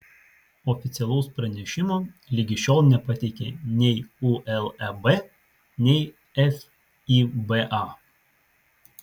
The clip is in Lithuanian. oficialaus pranešimo ligi šiol nepateikė nei uleb nei fiba